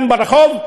גם ברחוב,